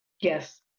Yes